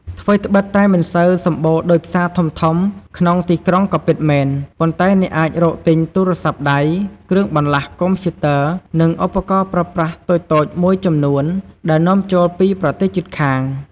ថ្វីត្បិតតែមិនសូវសម្បូរដូចផ្សារធំៗក្នុងទីក្រុងក៏ពិតមែន ប៉ុន្តែអ្នកអាចរកទិញទូរស័ព្ទដៃ គ្រឿងបន្លាស់កុំព្យូទ័រ និងឧបករណ៍ប្រើប្រាស់តូចៗមួយចំនួនដែលនាំចូលពីប្រទេសជិតខាង។